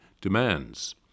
demands